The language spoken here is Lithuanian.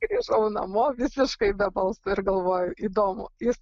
grįžau namo visiškai be balso ir galvoju įdomu jis